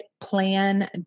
Plan